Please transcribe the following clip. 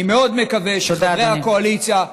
אני מאוד מקווה שחברי הקואליציה,